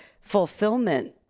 fulfillment